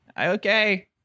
Okay